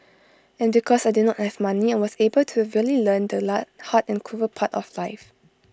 and because I did not have money I was able to really learn the la hard and cruel part of life